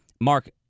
Mark